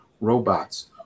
robots